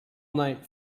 night